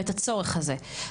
ואת הצורך הזה,